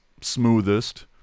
smoothest